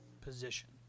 position